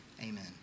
Amen